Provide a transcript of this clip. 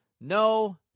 No